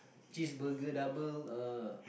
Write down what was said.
cheeseburger double ah